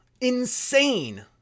Insane